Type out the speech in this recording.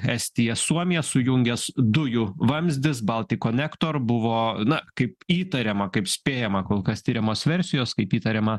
estiją suomiją sujungęs dujų vamzdis baltcconnector buvo na kaip įtariama kaip spėjama kol kas tiriamos versijos kaip įtariama